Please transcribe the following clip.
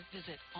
visit